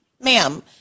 ma'am